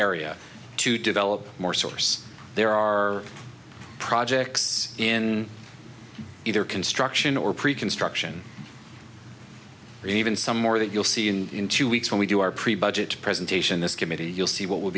area to develop more source there are projects in either construction or pre construction or even some more that you'll see in in two weeks when we do our pre budget presentation this committee you'll see what will